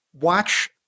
watch